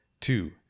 Two